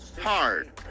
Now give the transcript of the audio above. hard